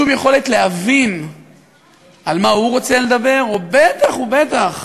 שום יכולת להבין על מה הוא רוצה לדבר, ובטח ובטח,